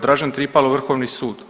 Dražen Tripalo, Vrhovni sud.